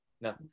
No